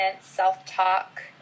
self-talk